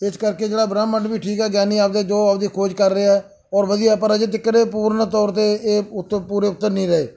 ਇਸ ਕਰਕੇ ਜਿਹੜਾ ਬ੍ਰਾਹਮੰਡ ਵੀ ਠੀਕ ਹੈ ਵਿਗਿਆਨੀ ਆਪਦੇ ਜੋ ਆਪਦੀ ਖੋਜ ਕਰ ਰਿਹਾ ਔਰ ਵਧੀਆ ਪਰ ਅਜੇ ਤੱਕ ਇਹ ਪੂਰਨ ਤੌਰ 'ਤੇ ਇਹ ਉੱਤੋਂ ਪੂਰੇ ਉੱਤਰ ਨਹੀਂ ਰਹੇ